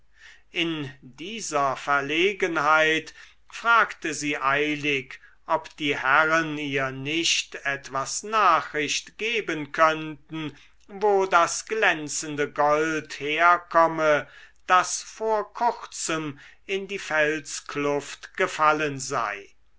in dieser verlegenheit fragte sie eilig ob die herren ihr nicht etwa nachricht geben könnten wo das glänzende gold herkomme das vor kurzem in die felskluft gefallen sei